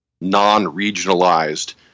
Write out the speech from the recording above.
non-regionalized